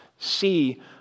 See